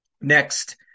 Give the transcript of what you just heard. Next